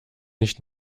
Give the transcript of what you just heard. nicht